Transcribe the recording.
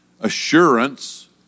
assurance